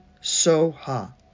Soha